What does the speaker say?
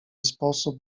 sposób